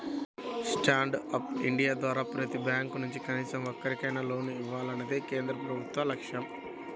stand up India ద్వారా ప్రతి bank నుంచి కనీసం ఒక్కరికైనా లోన్ ఇవ్వాలన్నదే కేంద్ర ప్రభుత్వ లక్ష్యం